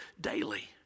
daily